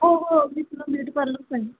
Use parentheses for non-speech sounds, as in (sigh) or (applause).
हो हो (unintelligible)